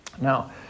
Now